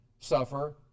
suffer